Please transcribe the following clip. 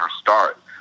start